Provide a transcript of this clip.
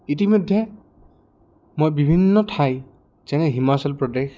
ইতিমধ্যে মই বিভিন্ন ঠাই যেনে হিমাচল প্ৰদেশ